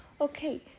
Okay